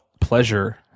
pleasure